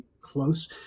close